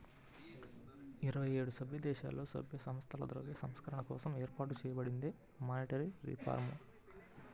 ఇరవై ఏడు సభ్యదేశాలలో, సభ్య సంస్థలతో ద్రవ్య సంస్కరణల కోసం ఏర్పాటు చేయబడిందే మానిటరీ రిఫార్మ్